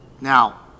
now